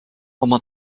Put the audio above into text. oma